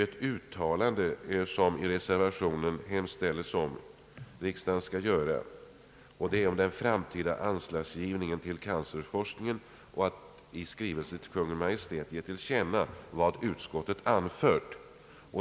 I reservationen hemställes om att riksdagen skall göra ett uttalande om den framtida anslagsgivningen till cancerforskningen och »i skrivelse till Kungl. Maj:t ge till känna vad utskottet anfört».